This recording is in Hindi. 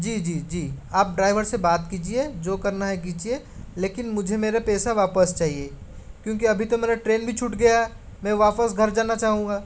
जी जी जी आप ड्राइवर से बात कीजिए जो करना है कीजिए लेकिन मुझे मेरे पैसा वापस चाहिए क्योंकि अभी तो मेरा ट्रेन भी छूट गया मैं वापस घर जाना चाहूँगा